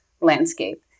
landscape